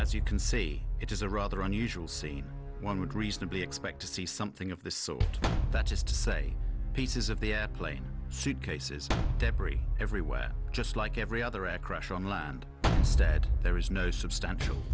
as you can see it is a rather unusual scene one would reasonably expect to see something of this so that is to say pieces of the airplane suitcases debris everywhere just like every other and crash on land stead there is no substantial